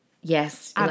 Yes